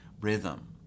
rhythm